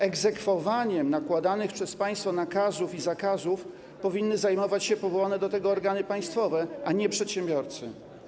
Egzekwowaniem nakładanych przez państwo nakazów i zakazów powinny zajmować się powołane do tego organy państwowe, a nie przedsiębiorcy.